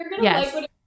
Yes